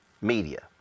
media